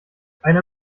einer